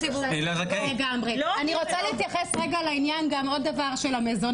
אני רוצה להתייחס רגע לעניין של המזונות,